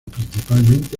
principalmente